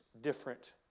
different